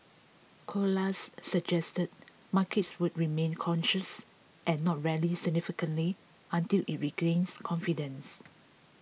Colas suggested markets would remain cautious and not rally significantly until it regains confidence